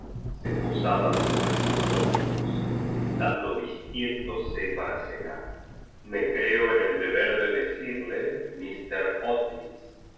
se posaban sobre sus hombro estando vis tiéndose para cenar me creo en el deber de decirle mfater otis